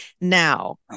Now